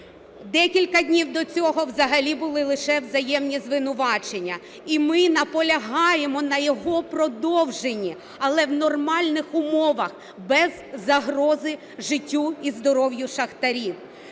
Декілька днів до цього взагалі були лише взаємні звинувачення. І ми наполягаємо на його продовженні, але в нормальних умовах, без загрози життю і здоров'ю шахтарів.